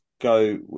go